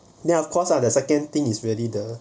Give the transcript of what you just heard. then of course are the second thing is really the